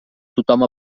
tothom